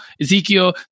Ezekiel